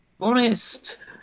honest